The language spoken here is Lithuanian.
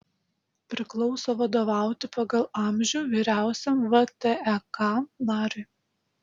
priklauso vadovauti pagal amžių vyriausiam vtek nariui